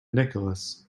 nicholas